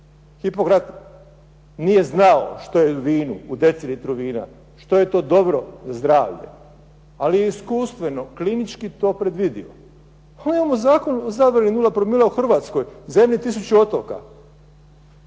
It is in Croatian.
Hipokrat nije znao što je u decilitru vina, što je to dobro za zdravlje, ali iskustveno klinički je to predvidivo. A mi imamo zakon o zabrani 0 promila u Hrvatskoj u zemlji „tisuću otoka“,